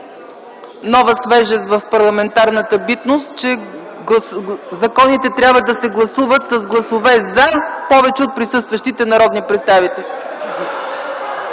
нова свежест в парламентарната битност, че законите трябва да се гласуват с гласове „за” повече от присъстващите народни представители.